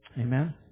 Amen